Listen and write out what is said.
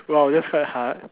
!wow! that's quite hard